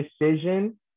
decision